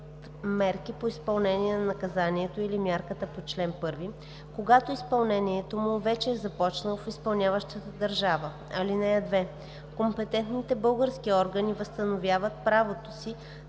мерки по изпълнение на наказанието или мярката по чл. 1, когато изпълнението му вече е започнало в изпълняващата държава. (2) Компетентните български органи възстановяват правото си